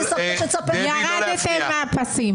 ירדתם מהפסים.